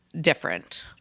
different